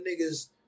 niggas